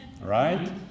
Right